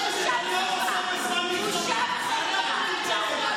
זאת בושה וחרפה, בושה וחרפה.